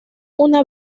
una